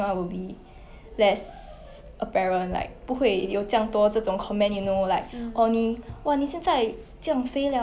yeah